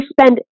spend